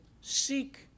seek